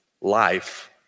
life